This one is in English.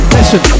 Listen